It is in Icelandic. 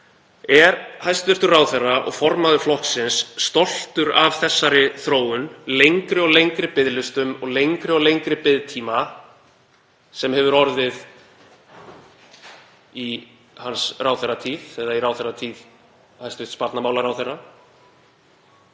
Er hæstv. ráðherra og formaður flokksins stoltur af þessari þróun, lengri og lengri biðlistum og lengri og lengri biðtíma sem hefur orðið í hans ráðherratíð eða í ráðherratíð hæstv. barnamálaráðherra?